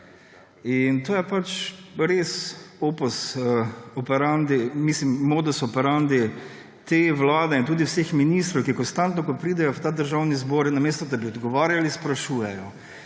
To je pač res modus operandi te vlade in tudi vseh ministrov, ki konstantno, ko pridejo v Državni zbor, namesto da bi odgovarjali, sprašujejo.